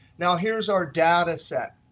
now here's our data set,